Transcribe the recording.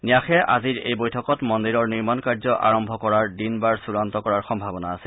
ন্যাসে আজিৰ এই বৈঠকত মন্দিৰৰ নিৰ্মাণ কাৰ্য আৰম্ভ কৰাৰ দিন বাৰ চুড়ান্ত কৰাৰ সম্ভাৱনা আছে